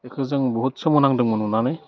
बेखौ जों बुहुथ सोमोनांदोंमोन नुनानै